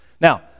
Now